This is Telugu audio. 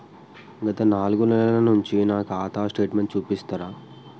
గత నాలుగు నెలల నుంచి నా ఖాతా స్టేట్మెంట్ చూపిస్తరా?